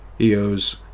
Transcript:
Eos